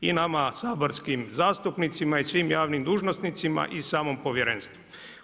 I nama saborskim zastupnicima i svim javnim dužnosnicima i samom povjerenstvu.